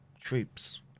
troops